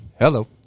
Hello